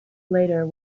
later